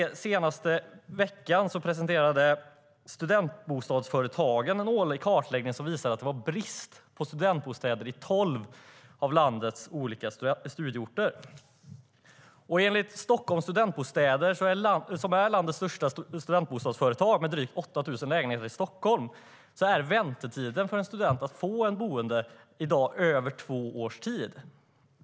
I veckan presenterade Studentbostadsföretagen en årlig kartläggning som visade att det var brist på studentbostäder på tolv av landets studieorter. Och enligt Stockholms Studentbostäder, som är landets största studentbostadsföretag med drygt 8 000 lägenheter i Stockholm, är väntetiden för en student att få ett boende i dag över två år.